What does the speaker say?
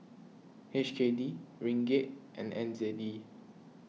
H K D Ringgit and N Z D